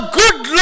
good